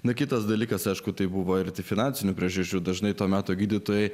na kitas dalykas aišku tai buvo ir finansinių priežasčių dažnai to meto gydytojai